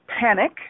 panic